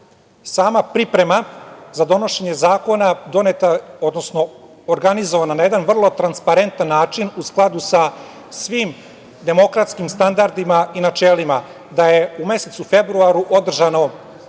sama priprema za donošenje zakona doneta, odnosno organizovana na jedan vrlo transparentan način u skladu sa svim demokratskim standardima i načelima da je u mesecu februaru održana